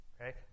okay